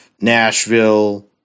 Nashville